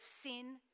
sin